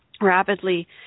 rapidly